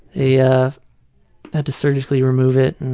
yeah had to surgically remove it.